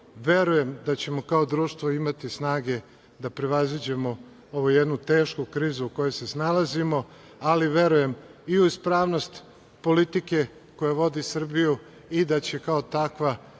verujem da ćemo kao društvo imati snage da prevaziđemo ovu jednu tešku krizu u kojoj se nalazimo, ali verujem i u ispravnost politike koja vodi Srbiju i da će kao takva